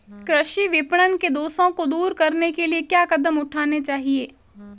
कृषि विपणन के दोषों को दूर करने के लिए क्या कदम उठाने चाहिए?